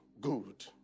good